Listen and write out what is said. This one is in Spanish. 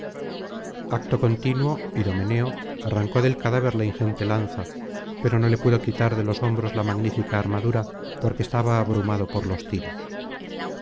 acto continuo idomeneo arrancó del cadáver la ingente lanza pero no le pudo quitar de tos hombros la magnífica armadura porque estaba abrumado por los tiros